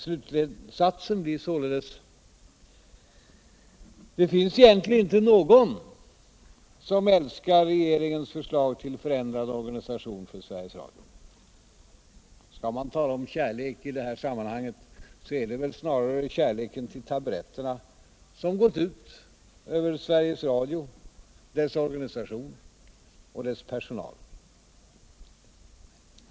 Slutsatsen blir således att det egentligen inte finns någon som älskar regeringens förslag ull förändrad organisation för Sveriges Radio. Skall man tala om kärlek i det här sammanhanget är det väl snarare kärleken till taburetterna som gått ut över Sveriges Radio. dess organisation och dess personal.